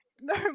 No